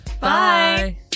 Bye